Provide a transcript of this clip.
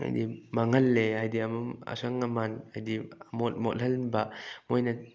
ꯍꯥꯏꯗꯤ ꯃꯥꯡꯍꯜꯂꯦ ꯍꯥꯏꯗꯤ ꯑꯁꯪ ꯑꯃꯥꯟ ꯍꯥꯏꯗꯤ ꯃꯣꯠꯍꯟꯕ ꯃꯣꯏꯅ